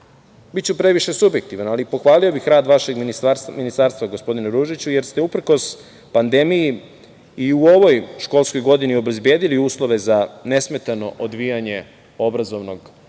biću previše subjektivan, ali pohvalio bih rad vašeg ministarstva, gospodine Ružiću, jer ste uprkos pandemiji i u ovoj školskoj godini obezbedili uslove za nesmetano odvijanje obrazovnog procesa,